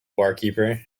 barkeeper